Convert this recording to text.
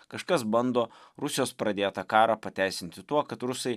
kažkas bando rusijos pradėtą karą pateisinti tuo kad rusai